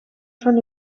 són